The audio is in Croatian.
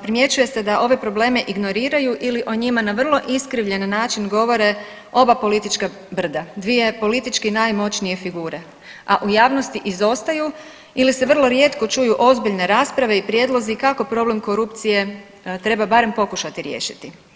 primjećuje se da ove probleme ignoriraju ili o njima na vrlo iskrivljen način govore oba politička brda, dvije politički najmoćnije figure, a u javnosti izostaju ili se vrlo rijetko čuju ozbiljne rasprave i prijedlozi kako problem korupcije treba barem pokušati riješiti.